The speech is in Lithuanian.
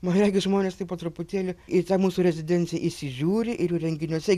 man regis žmonės taip po truputėlį į tą mūsų rezidenciją įsižiūri ir jų renginiuose